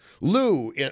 Lou